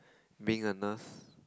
being a nurse